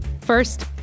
First